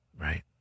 Right